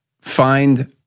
find